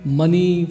money